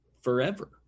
forever